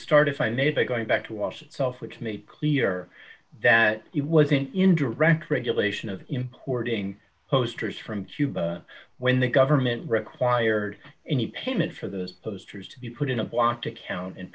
start if i may by going back to wash it self which made clear that it was an indirect regulation of importing posters from cuba when the government required any payment for those posters to be put in a blocked account and